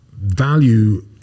value